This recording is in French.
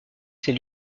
ces